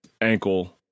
ankle